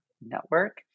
network